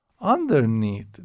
Underneath